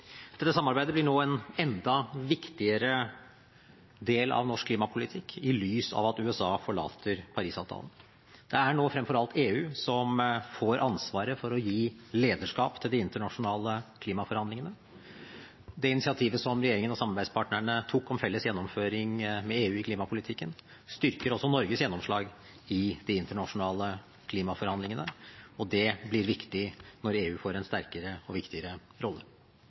Dette samarbeidet blir nå en enda viktigere del av norsk klimapolitikk i lys av at USA forlater Paris-avtalen. Det er nå fremfor alt EU som får ansvaret for å gi lederskap til de internasjonale klimaforhandlingene. Det initiativet som regjeringen og samarbeidspartnerne tok til felles gjennomføring med EU i klimapolitikken, styrker også Norges gjennomslag i de internasjonale klimaforhandlingene, og det blir viktig når EU får en sterkere og viktigere rolle.